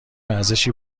ورزشی